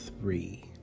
three